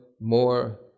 more